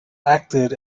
acted